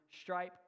stripe